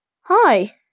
Hi